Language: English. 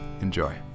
Enjoy